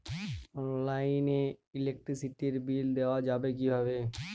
অনলাইনে ইলেকট্রিসিটির বিল দেওয়া যাবে কিভাবে?